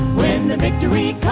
when the victory